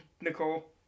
Nicole